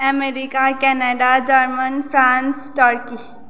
America Canada German France Turkey